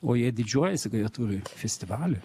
o jie didžiuojasi kad jie turi festivalį